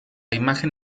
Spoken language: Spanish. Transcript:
imagen